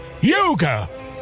Yoga